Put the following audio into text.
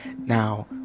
Now